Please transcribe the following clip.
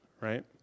right